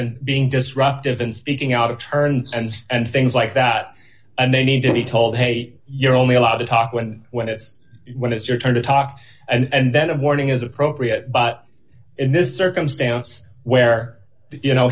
and being disruptive in speaking out of turns and and things like that and they need to be told hey you're only allowed to talk when when it's when it's your turn to talk and then of warning is appropriate but in this circumstance where you know